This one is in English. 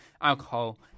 alcohol